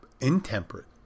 intemperate